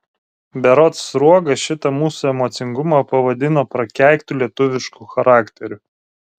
berods sruoga šitą mūsų emocingumą pavadino prakeiktu lietuvišku charakteriu